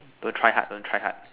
don't try hard don't try hard